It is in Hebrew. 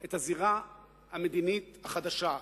את הזירה המדינית החדשה.